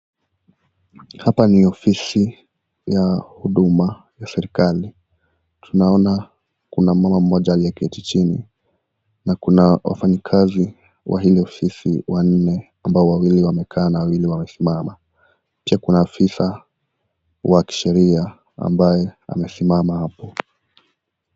Hapa ni ofisi ya huduma ya serekali. Tunaona kuna mwanaume mmoja aliyeketi chini na kuna wafanyikazi wa hili ofisi wanne ambao wawili wamekaa na wawili wamesimama. Pia kuna afisa wa kisheria ambaye amesimama hapo.